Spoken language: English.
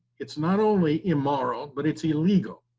it's not only immoral, but it's illegal,